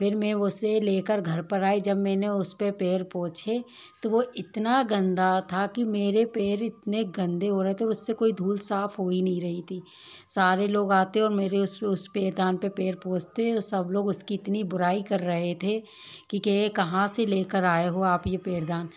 फिर मैं उसे लेकर घर पर आई जब मैंने उसपे पैर पोछे तो वो इतना गंदा था कि मेरे पैर इतने गंदे हो रहे थे उससे कोई धूल साफ हो ही नहीं रही थी सारे लोग आते और मेरे उस उस पैर पे पैर पोछते सब लोग उसकी इतनी बुराई कर रहे थे कि ये कहाँ से लेकर आए हो आप ये पैरदान